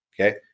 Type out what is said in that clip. Okay